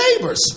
neighbors